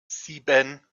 sieben